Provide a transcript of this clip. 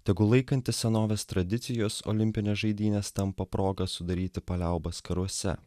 tegu laikantis senovės tradicijos olimpinės žaidynės tampa proga sudaryti paliaubas karuose